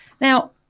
Now